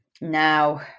Now